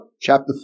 chapter